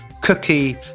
Cookie